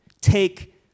take